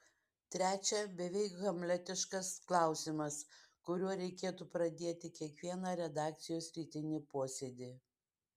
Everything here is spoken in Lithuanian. trečia beveik hamletiškas klausimas kuriuo reikėtų pradėti kiekvieną redakcijos rytinį posėdį